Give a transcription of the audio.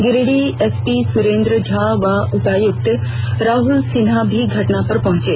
Giridih SP Surender Jha व उपायुक्त राहुल सिन्हा भी घटनास्थल पर पहुंचे